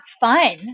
fun